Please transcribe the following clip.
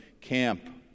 camp